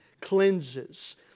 cleanses